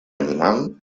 animal